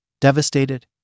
devastated